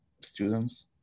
students